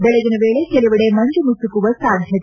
ಬೆಳಗಿನ ವೇಳೆ ಕೆಲವೆಡೆ ಮಂಜು ಮುಸುಕುವ ಸಾಧ್ಯತೆ